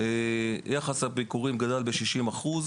יחס הביקורים גדל ב-60%.